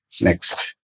Next